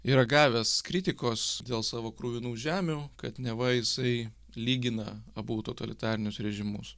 yra gavęs kritikos dėl savo kruvinų žemių kad neva jisai lygina abu totalitarinius režimus